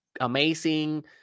amazing